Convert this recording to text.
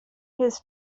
his